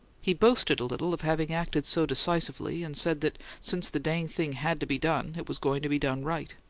he boasted a little of having acted so decisively, and said that since the dang thing had to be done, it was going to be done right!